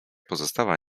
pozostała